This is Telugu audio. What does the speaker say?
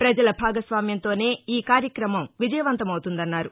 ప్రజల భాగస్వామ్యంతోనే ఈ కార్యక్రమం విజయవంతమవుతుదన్నారు